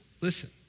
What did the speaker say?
Listen